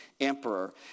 emperor